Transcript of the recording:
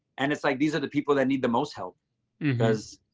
and it's like these are the people that need the most help because,